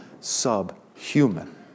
subhuman